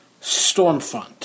Stormfront